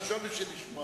לומר,